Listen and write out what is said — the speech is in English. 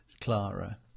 Clara